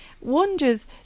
wonders